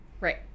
Right